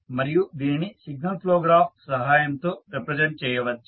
మరియు దీనిని signal flow graph సహాయం తో రిప్రజెంట్ చేయవచ్చు